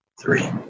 three